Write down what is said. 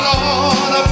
Lord